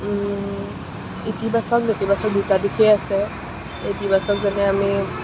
ইতিবাচক নেতিবাচক দুয়োটা দিশেই আছে ইতিবাচক যেনে আমি